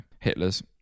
hitler's